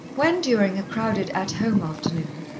when, during a crowded at home afternoon,